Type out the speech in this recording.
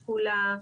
שקולה,